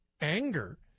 anger